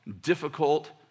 difficult